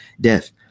death